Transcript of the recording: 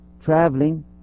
traveling